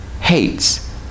hates